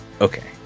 Okay